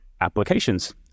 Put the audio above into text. applications